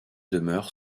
demeure